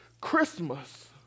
Christmas